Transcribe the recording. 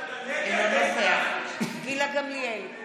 אינו נוכח גילה גמליאל,